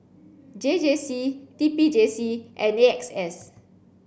J J C T P J C and A X S